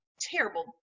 terrible